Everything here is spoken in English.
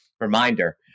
reminder